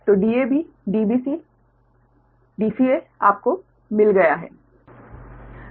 तो Dab DbcDca आपको मिल गया है